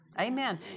Amen